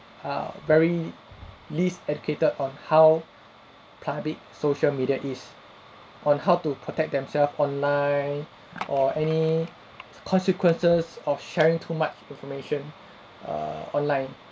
err very least educated on how public social media is on how to protect themselves online or any consequences of sharing too much information err online